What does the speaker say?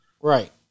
Right